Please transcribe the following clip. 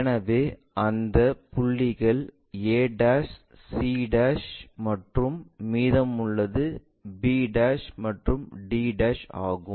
எனவே அந்த புள்ளிகள் a c மற்றும் மீதம் உள்ளது b மற்றும் d ஆகும்